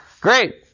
Great